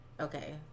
okay